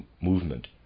movement